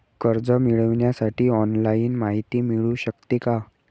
कर्ज मिळविण्यासाठी ऑनलाईन माहिती मिळू शकते का?